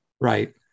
Right